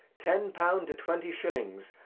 ten pound to twenty shillings,